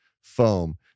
foam